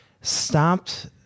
stopped